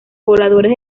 pobladores